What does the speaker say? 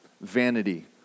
Vanity